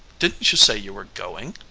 didn't you say you were going?